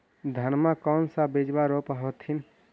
धनमा कौन सा बिजबा रोप हखिन?